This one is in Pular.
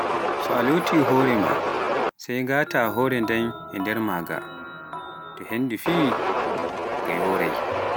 So alooti horee maa sai ngata horee nden e nder, so henndu fii nde yoraay.